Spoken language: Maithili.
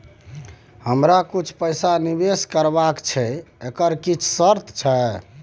हमरा कुछ पैसा निवेश करबा छै एकर किछ शर्त छै?